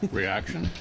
reaction